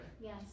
Yes